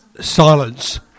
Silence